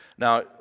Now